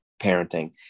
parenting